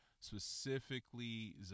specifically